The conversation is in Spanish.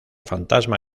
fantasma